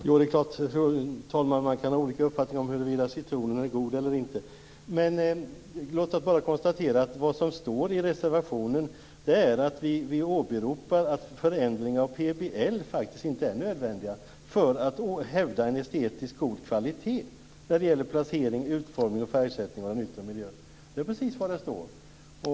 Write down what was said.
Fru talman! Det är klart att man kan ha olika uppfattning i frågan om citronen är god eller inte. Låt mig dock bara konstatera att vi i reservationen åberopar att det faktiskt inte är nödvändigt med förändringar av PBL för att hävda en estetiskt god kvalitet när det gäller placering, utformning och färgsättning av den yttre miljön. Det är precis vad som står där.